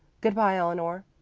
good-bye, eleanor.